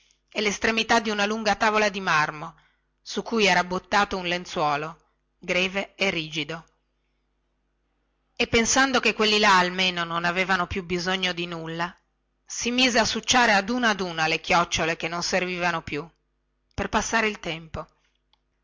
e lestremità di una lunga tavola di marmo su cui era buttato un lenzuolo greve e rigido e dicendo che quelli là almeno non avevano più bisogno di nulla si mise a succiare ad una ad una le chiocciole che non servivano più per passare il tempo